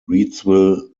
reidsville